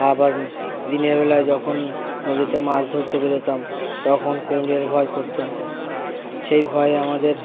আবার দিনের বেলায় যখন নদীতে মাছ ধরতে বেরোতাম তখন কুমিরের ভয় করত সেই ভয়ে আমাদের